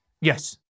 Yes